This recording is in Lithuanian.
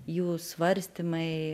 jų svarstymai